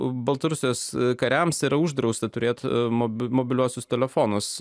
baltarusijos kariams yra uždrausta turėti mobiliuosius telefonus